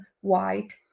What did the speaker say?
white